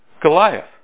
Goliath